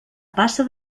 passa